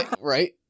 Right